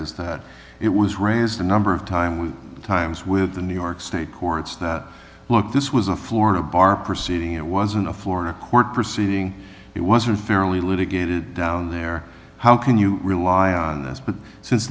is that it was raised a number of times times with the new york state courts that look this was a florida bar proceeding it wasn't a florida court proceeding it wasn't fairly litigated down there how can you rely on this but since